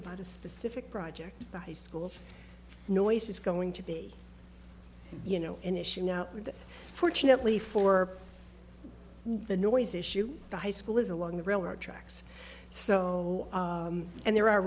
about a specific project the high school noise is going to be you know an issue fortunately for the noise issue the high school is along the railroad tracks so and there are